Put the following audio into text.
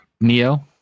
Neo